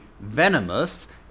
venomous